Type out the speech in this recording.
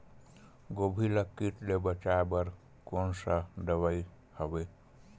गोभी ल कीट ले बचाय बर कोन सा दवाई हवे?